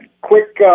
quick